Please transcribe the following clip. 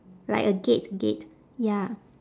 like a gate gate ya